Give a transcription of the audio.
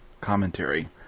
commentary